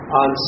on